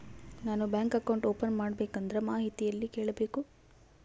ನಾನು bank account open ಮಾಡಬೇಕಂದ್ರ ಮಾಹಿತಿ ಎಲ್ಲಿ ಕೇಳಬೇಕು?